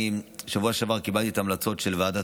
בשבוע שעבר קיבלתי את ההמלצות של ועדת